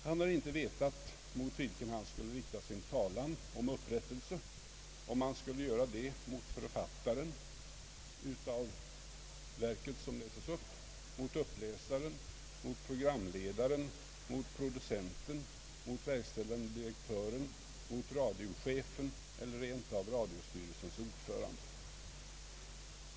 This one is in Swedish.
Han har inte vetat mot vem han skulle rikta sin talan om upprättelse — om den skulle riktas mot författaren av det upplästa verket, mot uppläsaren, mot programledaren, mot producenten, mot verkställande direktören, mot radiochefen eller rent av mot radiostyrelsens ordförande.